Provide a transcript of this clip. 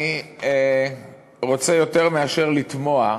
רוצה יותר מאשר לתמוה: